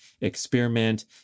experiment